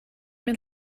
mynd